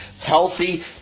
healthy